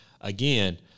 Again